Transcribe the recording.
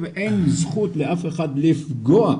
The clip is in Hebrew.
ואין זכות לאף אחד לפגוע